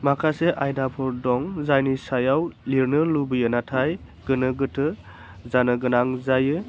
माखासे आयदाफोर दं जायनि सायाव लिरनो लुबैयो नाथाय गोनो गोथो जानो गोनां जायो